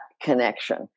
connection